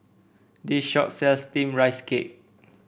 this shop sells steamed Rice Cake